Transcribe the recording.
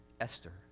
Esther